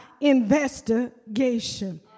investigation